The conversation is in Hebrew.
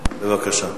בבקשה.